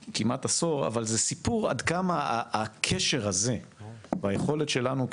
זה סיפור עד כמה הקשר הזה והיכולת שלנו,